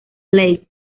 lake